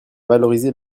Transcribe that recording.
valoriser